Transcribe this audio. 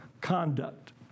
conduct